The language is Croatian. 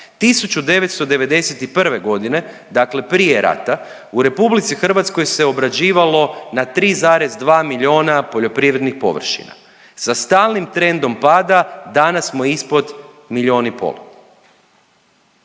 1991. godine, dakle prije rata u Republici Hrvatskoj se obrađivalo na 3,2 milijuna poljoprivrednih površina. Sa stalnim trendom pada danas smo ispod milijon i pol.